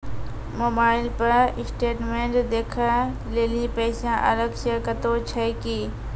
Mobile पर statement देखे लेली पैसा अलग से कतो छै की?